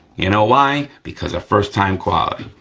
you know why? because of first time quality.